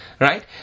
right